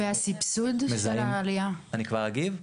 והסבסוד --- אני כבר אגיד,